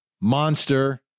monster